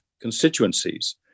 constituencies